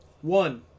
One